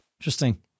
Interesting